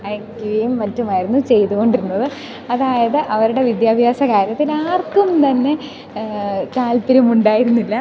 അയക്കുകയും മറ്റുമായിരുന്നു ചെയ്തുകൊണ്ടിരുന്നത് അതായത് അവരുടെ വിദ്യാഭ്യാസ കാര്യത്തിലാർക്കും തന്നെ താല്പര്യമുണ്ടായിരുന്നില്ല